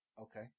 Okay